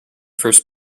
first